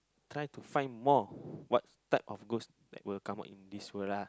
try to find more what type of ghost will come out in this world ah